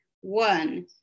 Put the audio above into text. One